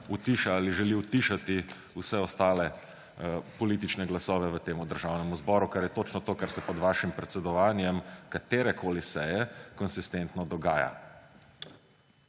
utiša ali želi utišati vse ostale politične glasove v tem državnem zboru. Kar je točno to, kar se pod vašim predsedovanjem katerekoli seji konsistentno dogaja.